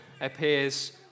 appears